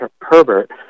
Herbert